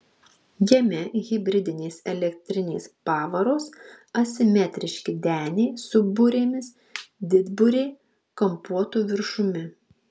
jame hibridinės elektrinės pavaros asimetriški deniai su burėmis didburė kampuotu viršumi